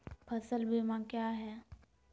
फ़सल बीमा क्या है?